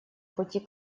пути